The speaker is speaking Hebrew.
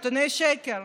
נתוני שקר.